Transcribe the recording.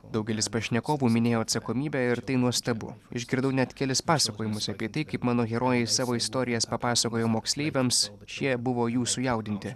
daugelis pašnekovų minėjo atsakomybę ir tai nuostabu išgirdau net kelis pasakojimus apie tai kaip mano herojai savo istorijas papasakojo moksleiviams šie buvo jų sujaudinti